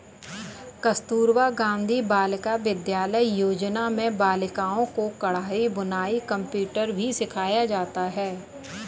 कस्तूरबा गाँधी बालिका विद्यालय योजना में बालिकाओं को कढ़ाई बुनाई कंप्यूटर भी सिखाया जाता है